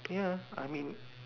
ya I mean